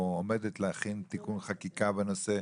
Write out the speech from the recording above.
או עומדת להכין תיקון חקיקה בנושא,